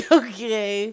okay